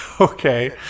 okay